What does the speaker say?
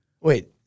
Wait